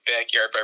backyard